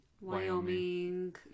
wyoming